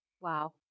Wow